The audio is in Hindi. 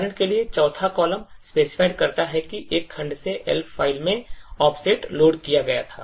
उदाहरण के लिए 4th कॉलम specified करता है कि एक खंड से Elf फ़ाइल में offset लोड किया गया था